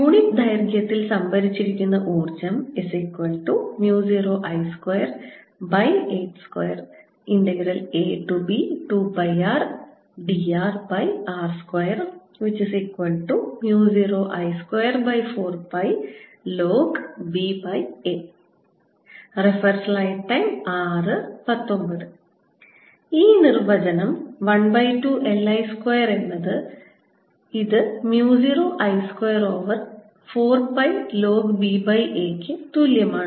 unit ദൈർഘ്യത്തിൽ സംഭരിച്ചിരിക്കുന്ന ഊർജ്ജം 0I282ab2πrdrr20I24πlnba ഈ നിർവചനം 12 L I സ്ക്വയർ എന്നത് ഇത് mu 0 I square over 4 pi log ba ക്ക് തുല്യമാണ്